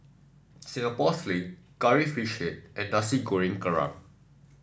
Singapore Sling Curry Fish Head and Nasi Goreng Kerang